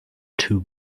two